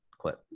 clip